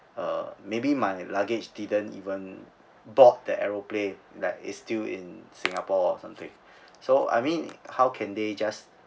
uh maybe my luggage didn't even board the aeroplane that it's still in singapore or something so I mean how can they just